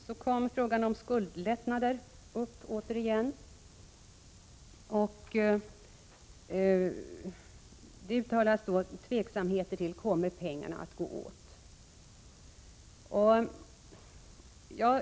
Så kom återigen frågan om skuldlättnader upp, och det uttalades tveksamhet om huruvida pengarna kommer till användning.